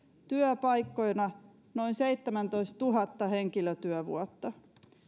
työpaikkoina noin seitsemäntoistatuhatta henkilötyövuotta